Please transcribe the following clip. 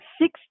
six